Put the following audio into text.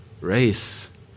race